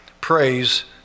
praise